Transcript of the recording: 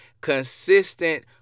consistent